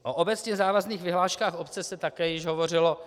O obecně závazných vyhláškách obce se také již hovořilo.